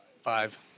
five